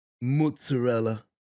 Mozzarella